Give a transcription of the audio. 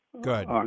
Good